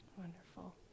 Wonderful